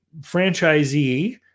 franchisee